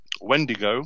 Wendigo